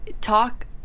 talk